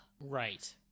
Right